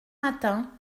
matin